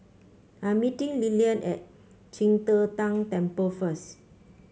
I am meeting Lilyan at Qing De Tang Temple first